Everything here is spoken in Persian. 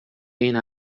این